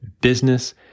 business